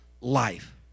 life